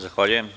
Zahvaljujem.